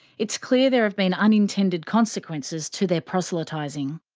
it's clear there have been unintended consequences to their proselytising.